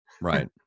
Right